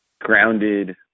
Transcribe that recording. grounded